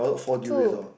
two